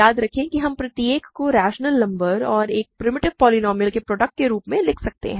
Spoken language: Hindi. याद रखें कि हम प्रत्येक को रैशनल नंबर और एक प्रिमिटिव पोलीनोमिअल के प्रोडक्ट के रूप में लिख सकते हैं